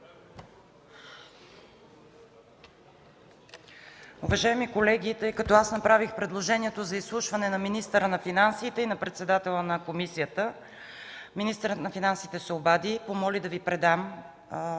Уважаеми колеги, тъй като аз направих предложението за изслушване на министъра на финансите и председателя на комисията, министърът на финансите се обади и помоли да Ви предам,